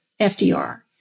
FDR